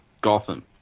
Gotham